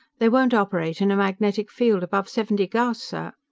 they won't operate in a magnetic field above seventy gauss, sir.